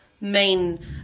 main